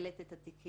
מנהלת את התיקים.